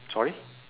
sorry